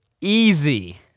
Easy